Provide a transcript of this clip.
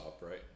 right